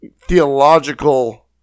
theological